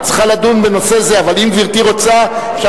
חוק ומשפט.